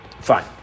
Fine